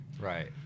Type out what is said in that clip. Right